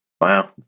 Wow